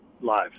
live